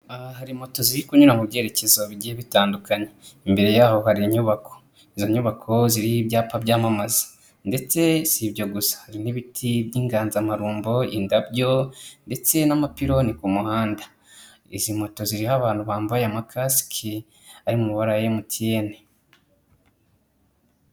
Aha hari moto ziri kunyura mu byerekezo bigiye bitandukanye, imbere yaho hari inyubako, izo nyubako ziriho ibyapa byamamaza ndetse si ibyo gusa hari n'ibiti by'inganzamarumbo, indabyo ndetse n'amapiloni ku muhanda. Izi moto ziriho abantu bambaye amakasiki ari mu mabara ya MTN.